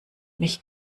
mich